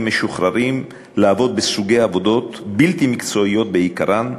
משוחררים לעבוד בסוגי עבודות בלתי מקצועיות בעיקרן,